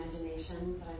imagination